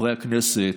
חברי הכנסת,